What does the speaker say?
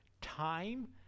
time